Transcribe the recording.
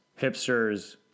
hipsters